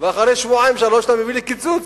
ואחרי שבועיים-שלושה אתה מביא לי קיצוץ.